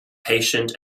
patient